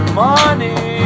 money